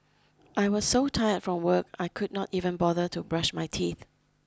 I was so tired from work I could not even bother to brush my teeth